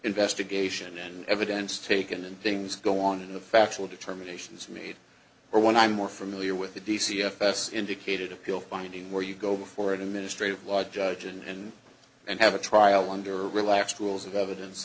investigation and evidence taken and things go on in a factual determination is made or when i'm more familiar with the d c fs indicated appeal finding where you go before an administrative law judge and and have a trial under relaxed rules of evidence